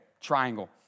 triangle